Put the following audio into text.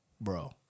Bro